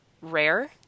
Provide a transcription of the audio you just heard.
rare